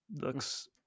looks